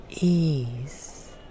Ease